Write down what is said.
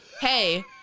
hey